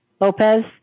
Lopez